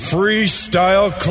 Freestyle